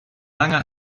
langer